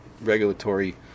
regulatory